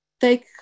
take